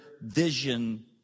vision